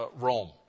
Rome